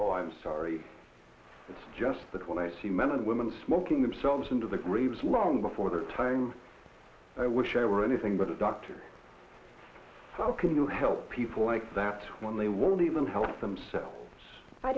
oh i'm sorry it's just that when i see men and women smoking themselves into the graves long before that i wish i were anything but a doctor can you help people like that when they won't even help themselves i